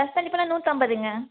ரஸ்த்தாலி பழம் நூற்றம்பதுங்க